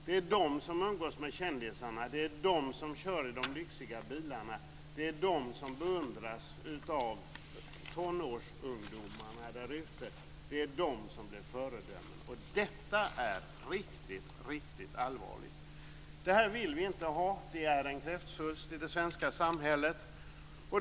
Det är ligaledarna som umgås med kändisar, som kör de lyxiga bilarna, som beundras av tonårsungdomarna och som blir föredömen. Detta är riktigt allvarligt. Det här vill vi inte ha. Det är en kräftsvulst i det svenska samhället.